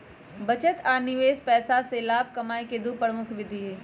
बचत आ निवेश पैसा से लाभ कमाय केँ दु प्रमुख विधि हइ